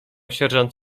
sierżant